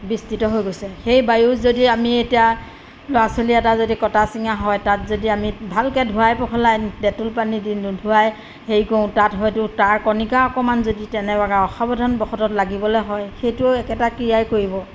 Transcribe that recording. বিস্তৃত হৈ গৈছে সেই বায়ু যদি আমি এতিয়া ল'ৰা ছোৱালী এটা যদি কটা চিঙা হয় তাত যদি আমি ভালকে ধোৱাই পখলাই ডেটোল পানী দি ধোৱাই হেৰি কৰোঁ তাত হয়তো তাৰ কনিকা অকমান যদি তেনেকুৱা অসাৱধান বশতঃ লাগিবলে হয় সেইটো একেটা ক্ৰিয়াই কৰিব